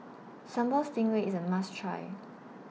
Sambal Stingray IS A must Try